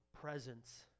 presence